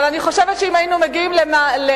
אבל אני חושבת שאם היינו מגיעים לעמדה